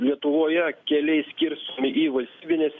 lietuvoje keliai skirstomi į valstybinės